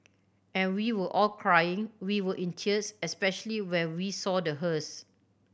and we were all crying we were in tears especially when we saw the hearse